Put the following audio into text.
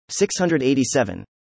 687